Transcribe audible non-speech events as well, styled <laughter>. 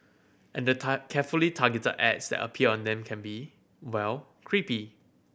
and the <unintelligible> carefully targeted ads that appear on them can be well creepy